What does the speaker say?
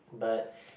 but